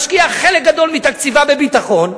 משקיעה חלק גדול מתקציבה בביטחון,